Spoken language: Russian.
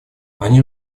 они